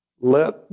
let